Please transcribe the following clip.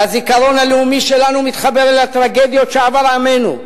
והזיכרון הלאומי שלנו מתחבר אל הטרגדיות שעבר עמנו,